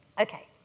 Okay